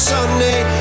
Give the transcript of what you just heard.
Sunday